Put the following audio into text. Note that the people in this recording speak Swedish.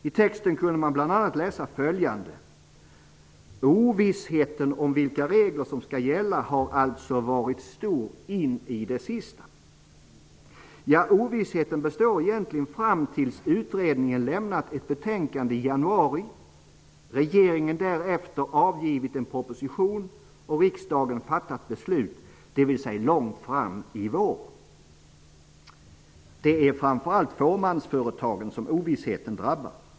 I texten kunde man bl.a. läsa följande: Ovissheten om vilka regler som skall gälla har alltså varit stor in i det sista. Ja, ovissheten består egentligen fram tills utredningen lämnat ett betänkande i januari, regeringen därefter avgivit en proposition och riksdagen fattat beslut, dvs. långt fram i vår. Det är framför allt fåmansföretagen som ovissheten drabbar.